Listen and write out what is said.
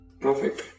Perfect